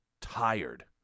tired